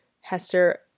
Hester